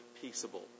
peaceable